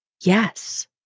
Yes